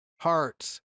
hearts